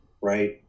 right